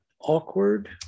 awkward